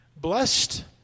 Blessed